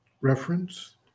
Reference